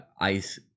ice